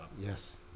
Yes